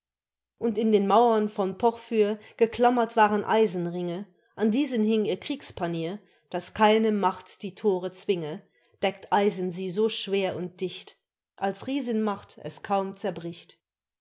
und in den mauern von porphyr geklammert waren eisenringe an diesen hing ihr kriegspanier daß keine macht die thore zwinge deckt eisen sie so schwer und dicht als riesenmacht es kaum zerbricht